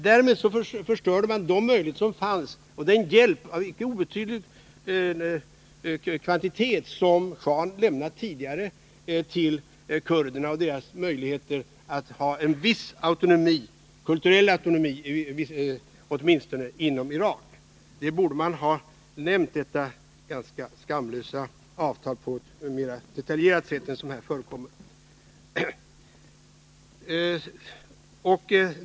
Därmed förstörde man de möjligheter som fanns — den hjälp av icke obetydlig kvantitet, som schahen tidigare lämnat till kurderna, och deras möjligheter att ha åtminstone en viss kulturell autonomi inom Irak. Detta ganska skamlösa avtalsbrott borde utskottet ha nämnt på ett mera detaljerat sätt än som här förekommer.